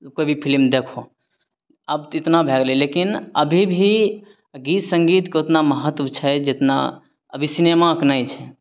कोइ भी फिल्म देखहो अब तऽ इतना भए गेलय लेकिन अभी भी गीत सङ्गीतके ओतना महत्व छै जितना अभी सिनेमाके नहि छै